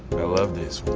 i love this one.